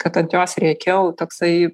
kad ant jos rėkiau toksai